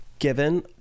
given